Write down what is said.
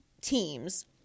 teams